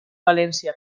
valència